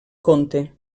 conte